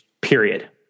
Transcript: Period